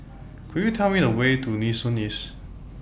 Could YOU Tell Me The Way to Nee Soon East